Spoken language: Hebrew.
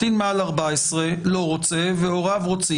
קטין שגילו מעל 14 לא רוצה והוריו רוצים,